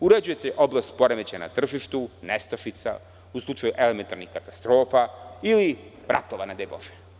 Uređujete oblast poremećaja na tržištu, nestašica, u slučaju elementarnih katastrofa ili ratova, ne daj Bože.